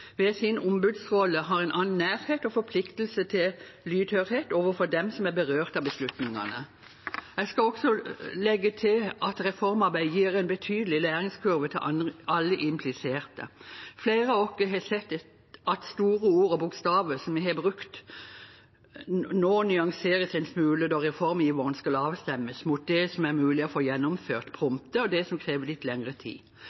ved neste valg, og som ved sin ombudsrolle har en annen nærhet og forpliktelse til lydhørhet overfor dem som er berørt av beslutningene. Jeg skal også legge til at reformarbeid gir en betydelig læringskurve til alle impliserte. Flere av oss har sett at store ord og bokstaver som vi har brukt, nå nyanseres en smule når reformiveren skal avstemmes mot det som er mulig å få gjennomført prompte, og det som krever litt lengre tid.